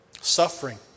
Suffering